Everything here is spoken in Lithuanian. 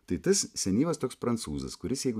tai tas senyvas toks prancūzas kuris jeigu